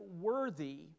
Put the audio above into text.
worthy